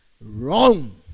Wrong